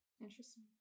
Interesting